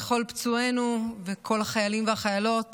כל פצועינו וכל החיילים והחיילות